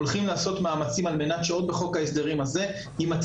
הולכים לעשות מאמצים על מנת שעוד בחוק ההסדרים הזה יימצא